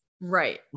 Right